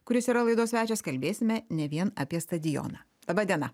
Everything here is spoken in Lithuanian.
kuris yra laidos svečias kalbėsime ne vien apie stadioną laba diena